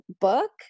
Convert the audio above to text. book